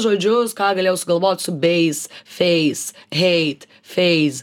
žodžius ką galėjau sugalvot su beis feis heit feiz